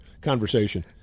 conversation